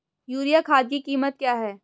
Urea खाद की कीमत क्या है?